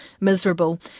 miserable